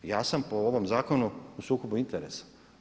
Ja sam po ovom zakonu u sukobu interesa.